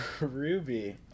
ruby